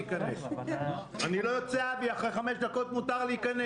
להגיד להיכנס מתחת לאלונקה ובסוף להרים את